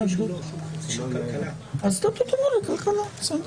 חברת הכנסת רוזין וחברת הכנסת סגמן.